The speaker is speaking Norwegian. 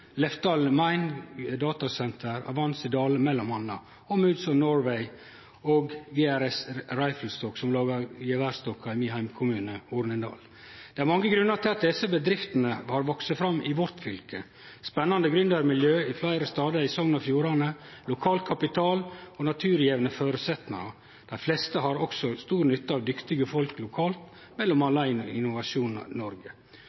Lefdal Mine Datasenter, Avans i Dale i Sunnfjord, Moods of Norway og GRS Riflestock, som lagar geværstokkar i min heimkommune Hornindal. Det er mange grunnar til at desse bedriftene har vakse fram i vårt fylke, som spennande gründermiljø fleire stadar i Sogn og Fjordane, lokal kapital og naturgjevne føresetnader. Dei fleste har også stor nytte av dyktige folk lokalt, m.a. Innovasjon Noreg.